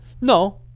no